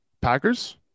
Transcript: Packers